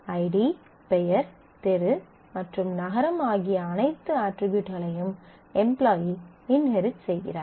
ID பெயர் தெரு மற்றும் நகரம் ஆகிய அனைத்து அட்ரிபியூட்களையும் எம்ப்லாயீ இன்ஹெரிட் செய்கிறார்